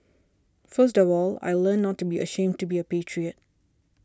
first of all I learnt not to be ashamed to be a patriot